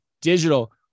Digital